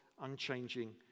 unchanging